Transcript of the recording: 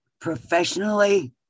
professionally